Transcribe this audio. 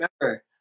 remember